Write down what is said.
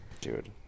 Dude